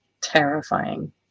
terrifying